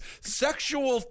sexual